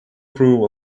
prove